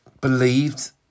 believed